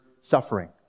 suffering